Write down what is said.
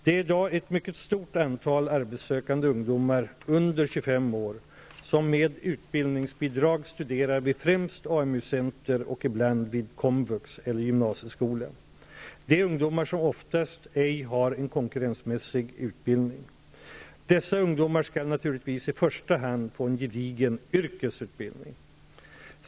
Det är i dag ett mycket stort antal arbetssökande ungdomar under 25 år som med utbildningsbidrag studerar vid främst AMU-center och ibland vid komvux eller gymnasieskola. Det är ungdomar som oftast ej har en konkurrensmässig utbildning. Dessa ungdomar skall naturligtvis i första hand få en gedigen yrkesutbildning.